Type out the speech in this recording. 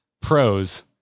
pros